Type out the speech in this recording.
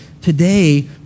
today